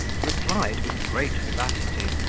replied, with great vivacity,